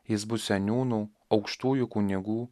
jis bus seniūnų aukštųjų kunigų